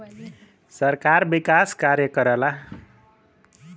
सरकार विकास कार्य करला